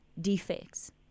defects